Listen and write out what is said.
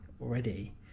already